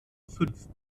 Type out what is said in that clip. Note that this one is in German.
fünf